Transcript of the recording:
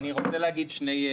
אני רוצה להגיד שני דברים.